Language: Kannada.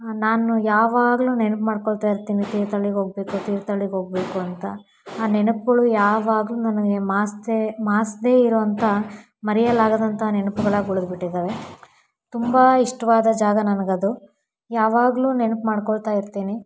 ನಾನು ಯಾವಾಗಲೂ ನೆನ್ಪು ಮಾಡಿಕೊಳ್ತಾ ಇರ್ತೀನಿ ತೀರ್ಥಳ್ಳಿಗೆ ಹೋಗ್ಬೇಕು ತೀರ್ಥಳ್ಳಿಗೆ ಹೋಗ್ಬೇಕು ಅಂತ ಆ ನೆನಪುಗಳು ಯಾವಾಗಲೂ ನನಗೆ ಮಾಸ್ದೆ ಮಾಸದೆ ಇರುವಂಥ ಮರೆಯಲಾಗದಂಥ ನೆನಪುಗಳಾಗಿ ಉಳ್ದು ಬಿಟ್ಟಿದ್ದಾವೆ ತುಂಬ ಇಷ್ಟವಾದ ಜಾಗ ನನಗೆ ಅದು ಯಾವಾಗಲೂ ನೆನ್ಪು ಮಾಡಿಕೊಳ್ತಾ ಇರ್ತೀನಿ